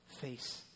face